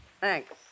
Thanks